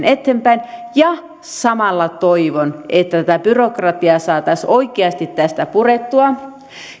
eteenpäin ja samalla toivon että byrokratiaa saataisiin oikeasti tästä purettua